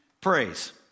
praise